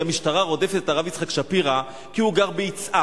המשטרה רודפת את הרב יצחק שפירא כי הוא גר ביצהר,